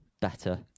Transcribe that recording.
better